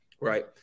right